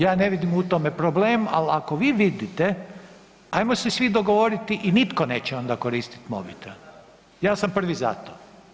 Ja ne vidim u tome problem, ali ako vi vidite, ajmo se svi dogovoriti i nitko neće onda koristiti mobitel, ja sam prvi za to.